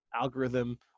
algorithm